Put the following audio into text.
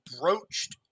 broached